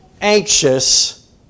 anxious